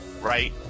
right